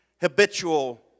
habitual